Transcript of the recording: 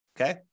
okay